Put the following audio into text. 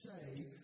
say